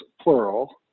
plural